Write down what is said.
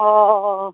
अ